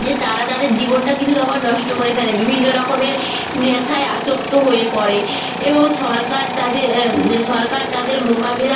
যে তারা তাদের জীবনটা কিন্তু তখন নষ্ট করে ফেলে বিভিন্ন রকমের নেশায় আসক্ত হয়ে পড়ে এবং সরকার তাদে সরকার তাদের মোকাবিলা